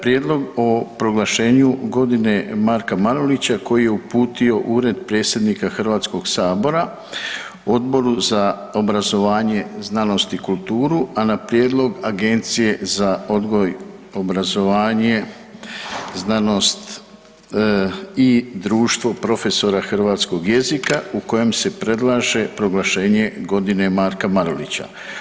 Prijedlog o proglašenju „Godine Marka Marulića“ koji je uputio Ured predsjednika HS Odboru za obrazovanje, znanost i kulturu, a na prijedlog Agencije za odgoj, obrazovanje, znanost i Društvo profesora hrvatskog jezika u kojem se predlaže proglašenje „Godine Marka Marulića“